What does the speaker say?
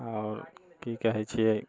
आओर की कहै छियै